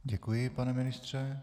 Děkuji, pane ministře.